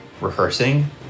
rehearsing